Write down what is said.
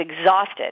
exhausted